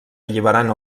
alliberant